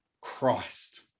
Christ